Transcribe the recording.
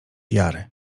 jary